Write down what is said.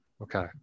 okay